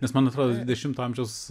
nes man atrodo dvidešimo amžiaus